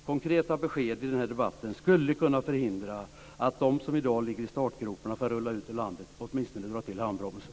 Konkreta besked i den här debatten skulle kunna förhindra att de som i dag ligger i startgroparna för att rulla ut ur landet åtminstone drar till handbromsen.